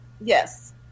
Yes